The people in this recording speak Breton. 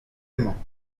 mañ